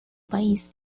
país